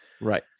right